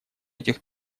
этих